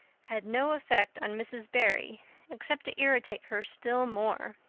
had no effect on mrs. barry except to irritate her still more.